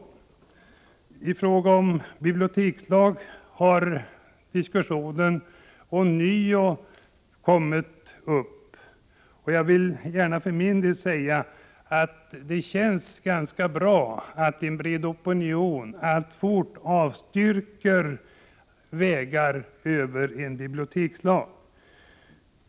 Diskussionen om en bibliotekslag har ånyo kommit upp, och jag vill för min del säga att det känns ganska bra att en bred opinion alltfort avstyrker vägen över en bibliotekslag.